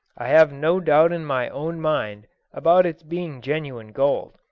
i have no doubt in my own mind about its being genuine gold.